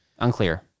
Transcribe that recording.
unclear